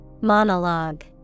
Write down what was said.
Monologue